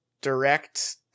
direct